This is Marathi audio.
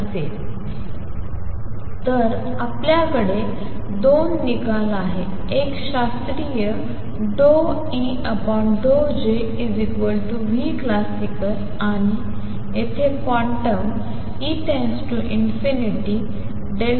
असेल तर आपल्याकडे दोन निकाल आहेत एक शास्त्रीय ∂E∂Jclasical आणि इथे क्वांटम n→∞ Eh→τclasical